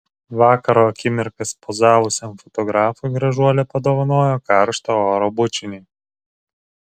vakaro akimirkas pozavusiam fotografui gražuolė padovanojo karštą oro bučinį